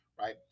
right